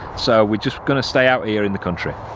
so we're just gonna stay out here in the country.